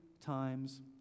times